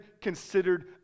considered